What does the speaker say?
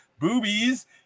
boobies